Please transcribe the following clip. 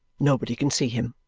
nobody can see him.